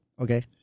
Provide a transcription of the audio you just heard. Okay